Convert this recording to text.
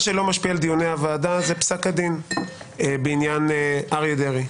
מה שלא משפיע על דיוני הוועדה זה פסק הדין בעניין אריה דרעי.